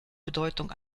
bedeutung